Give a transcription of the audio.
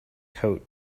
coat